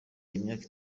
imyaka